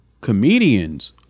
comedians